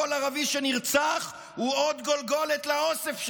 ערבי שנרצח הוא עוד גולגולת לאוסף שלו.